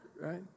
right